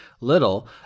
little